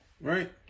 right